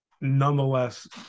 nonetheless